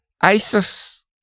ISIS